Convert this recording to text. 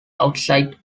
outside